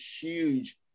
huge